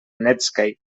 netscape